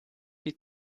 die